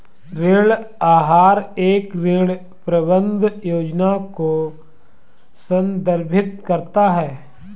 ऋण आहार एक ऋण प्रबंधन योजना को संदर्भित करता है